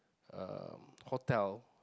um hotel